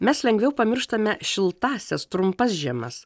mes lengviau pamirštame šiltąsias trumpas žiemas